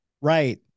right